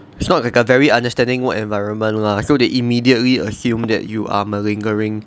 sort of like a very understanding work environment lah so they immediately assume that you are a malingering